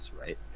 right